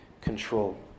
control